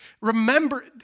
Remember